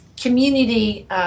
community